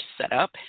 setup